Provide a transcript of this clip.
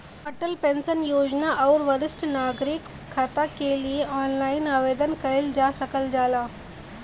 Atal pension योजना आउर वरिष्ठ नागरिक खाता के लिए ऑनलाइन आवेदन कइल जा सकल जाला